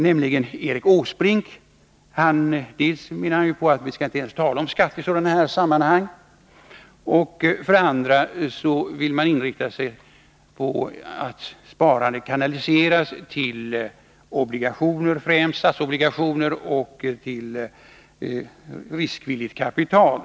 Dels ansåg han att vi inte ens skall tala om skatter i sådana här sammanhang, dels menade han att sparandet främst skall kanaliseras till statsobligationer och riskvilligt kapital.